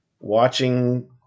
watching